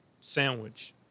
sandwich